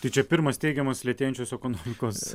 tai čia pirmas teigiamas lėtėjančios ekonomikos